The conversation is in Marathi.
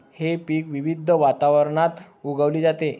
हे पीक विविध वातावरणात उगवली जाते